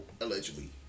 allegedly